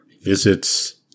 visits